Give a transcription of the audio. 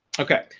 okay,